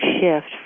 shift